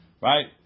Right